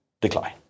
decline